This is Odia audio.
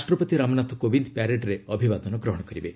ରାଷ୍ଟ୍ରପତି ରାମନାଥ କୋବିନ୍ଦ ପ୍ୟାରେଡ୍ରେ ଅଭିବାଦନ ଗ୍ରହଣ କରିବେ